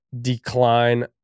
decline